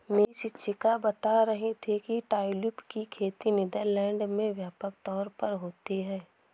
मेरी शिक्षिका बता रही थी कि ट्यूलिप की खेती नीदरलैंड में व्यापक तौर पर होती है